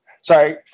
Sorry